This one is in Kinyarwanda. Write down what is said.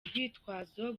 urwitwazo